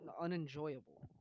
unenjoyable